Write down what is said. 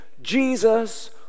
Jesus